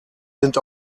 sind